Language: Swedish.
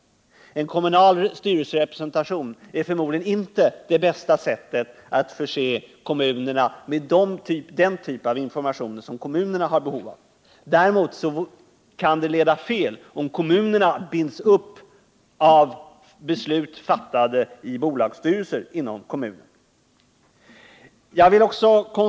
En kommunal styrelserepresentation är förmodligen inte det bästa sättet att förse kommunerna med den typ av informationer som de har behov av. Däremot kan det leda till att kommunerna på ett olyckligt sätt binds upp av beslut fattade i bolagsstyrelser inom kommunen.